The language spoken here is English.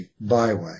byway